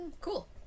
Cool